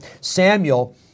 Samuel